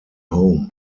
home